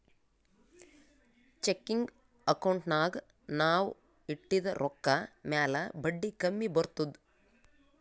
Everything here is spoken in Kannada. ಚೆಕಿಂಗ್ ಅಕೌಂಟ್ನಾಗ್ ನಾವ್ ಇಟ್ಟಿದ ರೊಕ್ಕಾ ಮ್ಯಾಲ ಬಡ್ಡಿ ಕಮ್ಮಿ ಬರ್ತುದ್